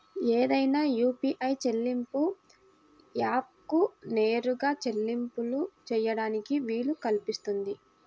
ఏదైనా యూ.పీ.ఐ చెల్లింపు యాప్కు నేరుగా చెల్లింపులు చేయడానికి వీలు కల్పిస్తుంది